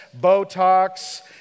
Botox